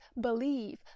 believe